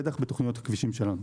בטח בתוכניות הכבישים שלנו.